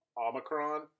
Omicron